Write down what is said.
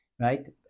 right